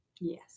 Yes